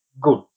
good